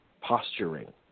posturing